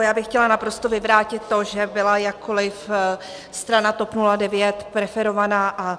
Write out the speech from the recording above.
Já bych chtěla naprosto vyvrátit to, že byla jakkoliv strana TOP 09 preferovaná.